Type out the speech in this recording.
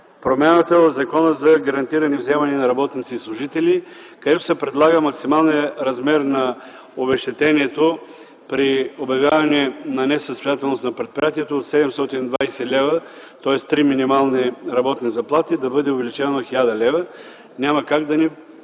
промяната в Закона за гарантирани вземания на работници и служители, където се предлага максималния размер на обезщетението при обявяване на несъстоятелност на предприятието от 720 лв., тоест три минимални работни заплати, да бъде увеличено на 1000 лв.